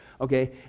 Okay